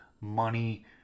money